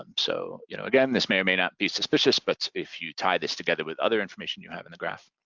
um so you know again, this may or may not be suspicious, but if you tie this together with other information you have in the graph